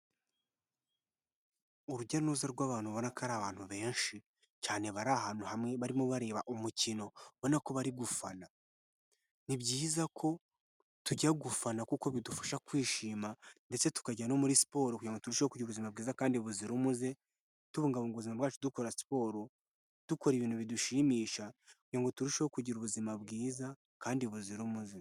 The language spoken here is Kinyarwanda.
Urujya n'uruza rw'abantu ubona ko ari abantu benshi cyane, bari ahantu hamwe barimo bareba umukino ubona ko bari gufana, ni byiza ko tujya gufana kuko bidufasha kwishima ndetse tukajya no muri siporo, kugira ngo turushe kugira ubuzima bwiza kandi buzira umuze, tubungabuguza bwacu dukora siporo, dukora ibintu bidushimisha kugira ngo turusheho kugira ubuzima bwiza kandi buzira umuze.